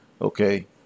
Okay